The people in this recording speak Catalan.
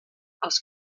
els